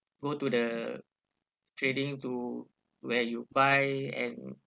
go to the trading to where you buy an